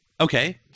Okay